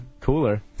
cooler